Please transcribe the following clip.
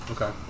Okay